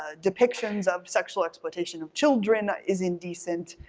ah depictions of sexual exploitations of children is indecent,